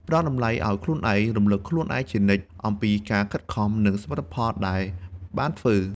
ផ្តល់តម្លៃឲ្យខ្លួនឯង រំលឹកខ្លួនឯងជានិច្ចអំពីការខិតខំ និងសមិទ្ធផលដែលបានធ្វើ។